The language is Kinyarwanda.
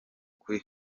kuri